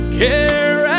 care